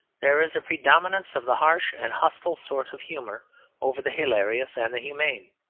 there is a predominance of the harsh and hostile sort of humour over the hilarious and the humane.